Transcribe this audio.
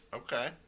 okay